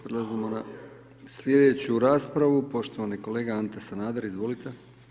Prelazimo na slijedeću raspravu, poštovani kolega Ante Sanader, izvolite.